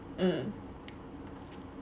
mm